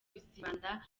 bizibanda